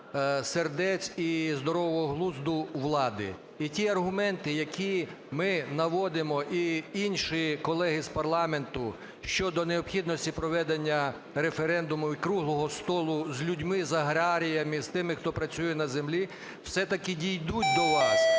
сердець і здорового глузду влади. І ті аргументи, які ми наводимо і інші колеги з парламенту, щодо необхідності проведення референдуму і круглого столу з людьми, з аграріями, з тими, хто працює на землі, все-таки дійдуть до вас